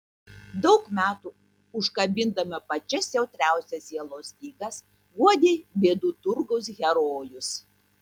daug metų užkabindama pačias jautriausias sielos stygas guodei bėdų turgaus herojus